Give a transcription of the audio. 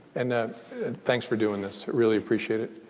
and ah thanks for doing this. i really appreciate it.